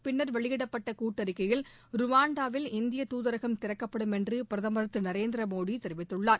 பின்னர் வெளியிடப்பட்ட கூட்டறிக்கையில் ருவாண்டாவில் இந்தியத் தூதரகம் திறக்கப்படும் என்று பிரதமர் திரு நரேந்திர மோடி தெரிவித்துள்ளார்